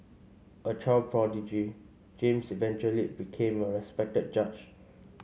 a child prodigy James eventually became a respected judge